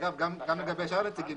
אנחנו נגיע אתם לדיון בתקנות.